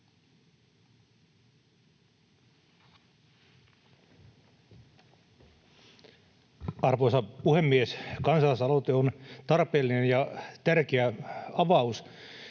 Arvoisa puhemies! Kansalaisaloite on tarpeellinen ja tärkeä avaus